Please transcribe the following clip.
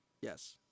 Yes